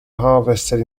harvested